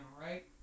right